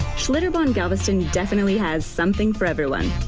schlitterbahn galveston definitely has something for everyone.